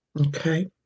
okay